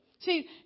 See